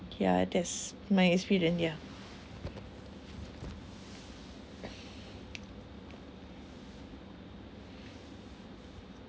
yeah that's my experience yeah